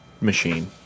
machine